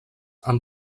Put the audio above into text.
han